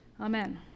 Amen